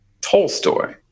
Tolstoy